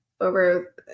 over